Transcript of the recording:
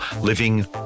living